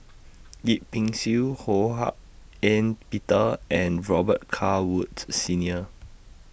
Yip Pin Xiu Ho Hak Ean Peter and Robet Carr Woods Senior